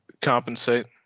compensate